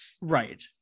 Right